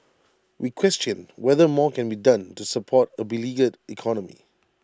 we question whether more can be done to support A beleaguered economy